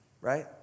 right